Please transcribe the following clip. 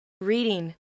Reading